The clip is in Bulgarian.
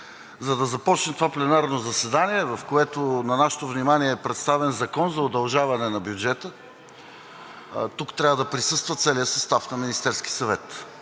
за да започне това пленарно заседание, в което на нашето внимание е представен Закон за удължаване на бюджета, тук трябва да присъства целият състав на Министерския съвет.